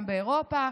גם באירופה,